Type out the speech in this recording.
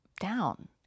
down